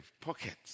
pockets